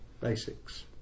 Basics